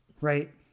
right